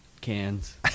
cans